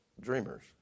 dreamers